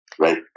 Right